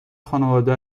خانواده